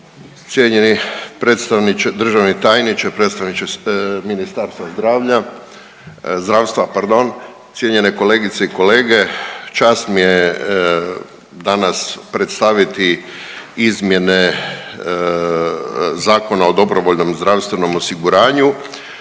predstavniče državni tajniče predstavniče ministarstva zdravlja, zdravstva pardon, cijenjene kolegice i kolege. Čast mi je danas predstaviti Čast mi je danas predstaviti izmjene Zakona o dobrovoljnom zdravstvenom osiguranju,